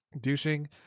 Douching